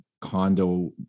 condo